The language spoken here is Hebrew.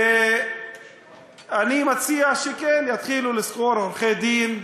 אני מציע שיתחילו לשכור עורכי-דין,